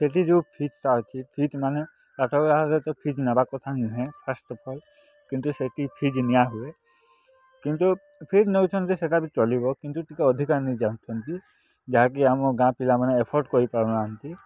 ସେଠି ଯେଉଁ ଫିଜ୍ଟା ଅଛି ଫିଜ୍ ମାନେ ପାଠାଗାରରେ ତ ଫିଜ୍ ନେବା କଥା ନୁହେଁ ଫାଷ୍ଟ୍ ଅଫ୍ ଅଲ୍ କିନ୍ତୁ ସେଠି ଫିଜ୍ ନିଆ ହୁଏ କିନ୍ତୁ ଫିଜ୍ ନେଇଛନ୍ତି ସେଇଟା ବି ଚଲିବ କିନ୍ତୁ ଟିକିଏ ଅଧିକା ନେଇ ଯାଉଛନ୍ତି ଯାହାକି ଆମ ଗାଁ ପିଲାମାନେ ଏଫର୍ଡ୍ କରିପାରୁ ନାହାନ୍ତି